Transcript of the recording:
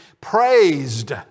praised